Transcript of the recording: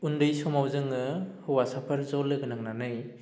उन्दै समाव जोङो हौवासाफोर ज' लोगोनांनानै